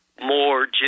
more